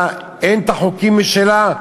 לה אין חוקים משלה?